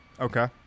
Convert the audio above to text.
Okay